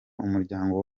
umuryango